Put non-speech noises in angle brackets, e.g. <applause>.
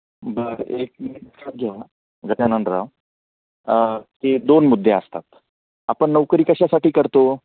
बर एक मिनिट <unintelligible> गजाननराव ते दोन मुद्दे असतात आपण नोकरी कशासाठी करतो